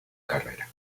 carrera